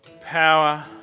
power